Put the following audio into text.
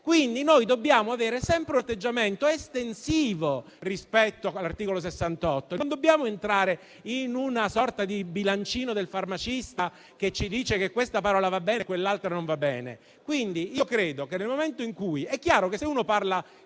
Quindi dobbiamo avere sempre un atteggiamento estensivo rispetto all'articolo 68 e non dobbiamo entrare in una sorta di bilancino del farmacista che ci dice che questa parola va bene e quell'altra non va bene. Ovviamente, se uno parla